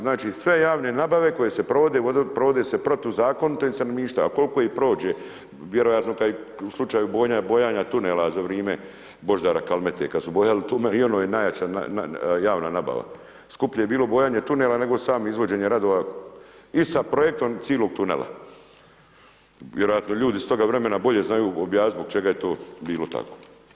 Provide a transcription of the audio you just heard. Znači sve javne nabave koje se provode, provode se protuzakonito ili se namješta a koliko ih prođe, vjerojatno u slučaju bojanja tunela za vrijeme Božidara Kalmete kad su bojali tunel i ono je najjača javna nabava, skuplje je bilo bojanje tunela nego samo izvođenje radova i sa projektom cijelog tunela, vjerojatno ljudi iz toga vremena bolje znaju objasniti zbog čega je to bilo tako.